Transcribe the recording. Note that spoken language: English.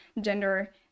gender